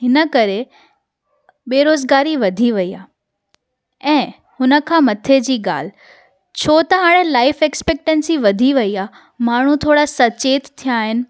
हिन करे बेरोज़गारी वधी वेई आहे ऐं हुन खां मथे जी ॻाल्हि छो त हाणे लाइफ़ एक्सपेक्टेंसी वधी वेई आहे माण्हू थोरा सचेत थिया आहिनि